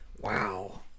Wow